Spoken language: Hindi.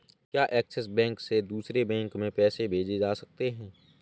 क्या ऐक्सिस बैंक से दूसरे बैंक में पैसे भेजे जा सकता हैं?